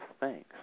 thanks